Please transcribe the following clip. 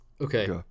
Okay